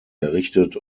errichtet